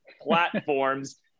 platforms